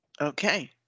Okay